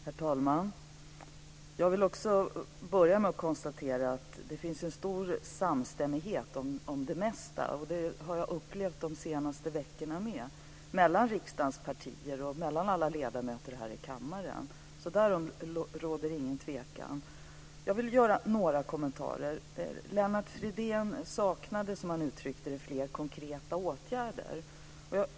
Herr talman! Jag vill börja med att konstatera att det finns en stor samstämmighet om det mesta - och det har jag upplevt de senaste veckorna också - mellan riksdagens partier och alla ledamöter här i kammaren. Därom råder ingen tvekan. Jag vill göra några kommentarer. Lennart Fridén saknade, som han uttryckte det, fler konkreta åtgärder.